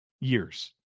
years